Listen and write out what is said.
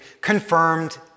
confirmed